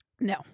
No